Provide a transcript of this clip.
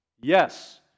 Yes